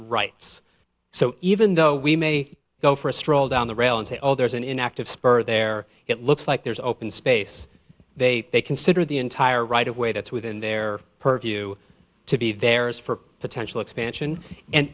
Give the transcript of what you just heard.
rights so even though we may go for a stroll down the rail and say oh there's an active spur there it looks like there's open space they they consider the entire right of way that's within their purview to be there is for potential expansion